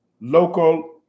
local